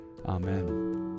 Amen